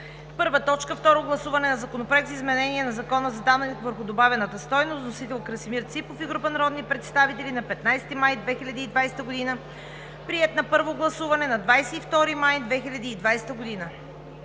г.: „1. Второ гласуване на Законопроекта за изменение на Закона за данък върху добавената стойност. Вносители – Красимир Ципов и група народни представители на 15 май 2020 г. Приет на първо гласуване на 22 май 2020 г.